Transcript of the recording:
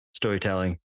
storytelling